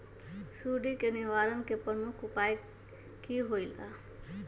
सुडी के निवारण के प्रमुख उपाय कि होइला?